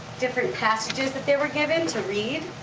different passages that they were given to read.